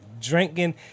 drinking